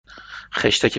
خشتک